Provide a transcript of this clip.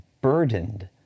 burdened